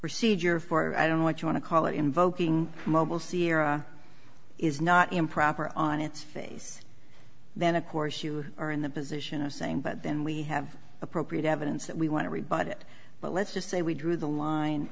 procedure for i don't know what you want to call it invoking mobile sierra is not improper on its face then of course you are in the position of saying but then we have appropriate evidence that we want to rebut it but let's just say we drew the line